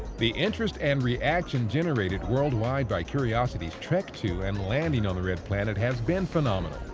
the interest and reaction generated worldwide by curiosity's trek to and landing on the red planet has been phenomenal.